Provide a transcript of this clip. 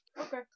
Okay